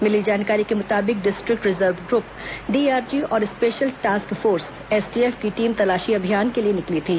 मिली जानकारी के मुताबिक डिस्ट्रिक्ट रिजर्व ग्रप डीआरजी और स्पेशल टॉस्क फोर्स एसटीएफ की टीम तलाशी अभियान के लिए निकली थी